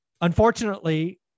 unfortunately